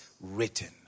written